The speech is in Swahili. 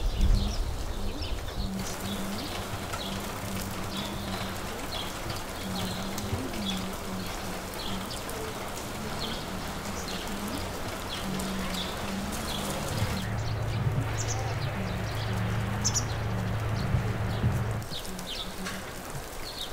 Jamaa huyu amesimama akiwa amevalia barakoa na vazi nyeupe ya kujikinga. Yuko katika sehemu inayoonekana kua ni hospitali na kwenye lango linaloelekeza wagonjwa.